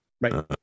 right